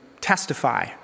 testify